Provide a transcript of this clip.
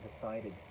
decided